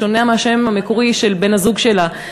בשונה מהשם המקורי של בן-הזוג שלה,